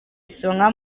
isonga